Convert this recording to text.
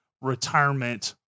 retirement